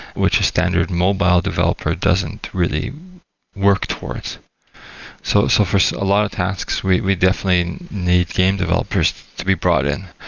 which a standard mobile developer doesn't really work towards so so for so a lot of tasks, we we definitely need game developers to be brought in.